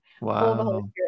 Wow